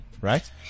Right